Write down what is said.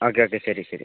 okay okay ശരി ശരി